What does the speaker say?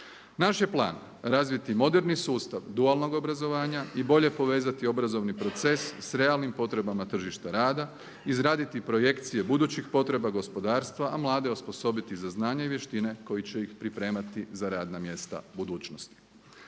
Naš je plan razviti moderni sustav dualnog obrazovanja i bolje povezati obrazovni proces s realnim potrebama tržišta rada, izraditi projekcije budućih potreba gospodarstva, a mlade osposobiti za znanje i vještine koji će ih pripremati za radna mjesta budućnosti.